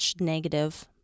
negative